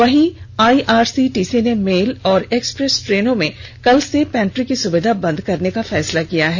वहीं आईआरसीटीसी ने मेल और एक्सप्रेस ट्रेनों में कल से पेट्री की सुविधा बंद करने का फैसला लिया है